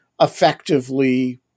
effectively